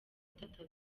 atatu